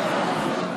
המליאה.)